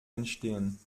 entstehen